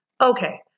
Okay